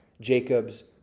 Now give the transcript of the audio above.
Jacob's